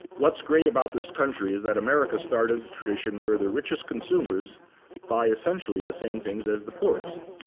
what's great about this country is that america started the tradition where the richest consumers buy essentially the same things as the poorest.